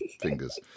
fingers